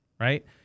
Right